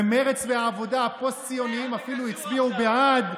ומרצ והעבודה הפוסט-ציוניים אפילו הצביעו בעד,